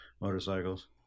motorcycles